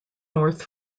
north